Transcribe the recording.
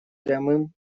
прямым